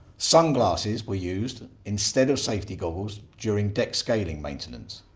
sunglasses were used instead of safety goggles during deck scaling maintenance.